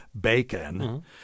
bacon